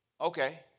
okay